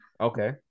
Okay